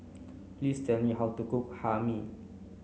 please tell me how to cook Hae Mee